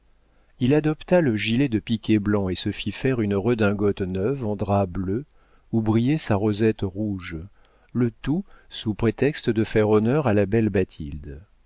il adopta le gilet de piqué blanc et se fit faire une redingote neuve en drap bleu où brillait sa rosette rouge le tout sous prétexte de faire honneur à la belle